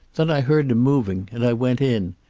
then i heard him moving, and i went in.